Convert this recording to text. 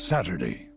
Saturday